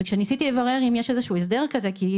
וכשניסיתי לברר אם יש איזשהו הסדר כזה כי היא